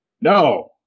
No